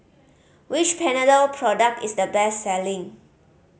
which Panadol product is the best selling